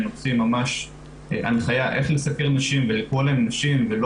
הוציא ממש הנחיה איך לסקר נשים ולקרוא להן נשים ולא